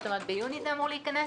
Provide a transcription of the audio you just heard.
זאת אומרת שביוני זה אמור להיכנס.